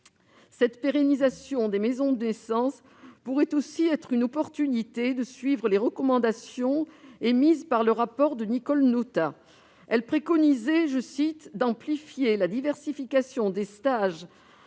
La pérennisation des maisons de naissance pourrait aussi être une opportunité de suivre les recommandations émises dans le rapport de Nicole Notat. Celle-ci préconisait d'amplifier « la diversification des stages